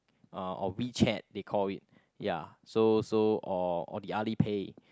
uh or WeChat they call it ya so so or or the Alipay